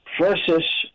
versus